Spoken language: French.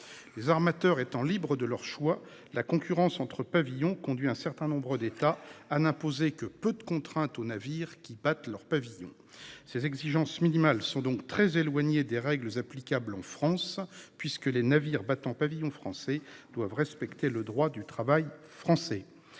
Les armateurs étant libres de leurs choix, la concurrence entre pavillons conduit un certain nombre d'États à n'imposer que peu de contraintes aux navires qui battent leur pavillon. Ces exigences minimales sont très éloignées des règles applicables en France, puisque les navires battant pavillon français doivent respecter le droit du travail français.